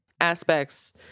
aspects